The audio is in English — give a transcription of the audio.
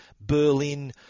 Berlin